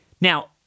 Now